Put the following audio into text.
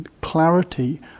Clarity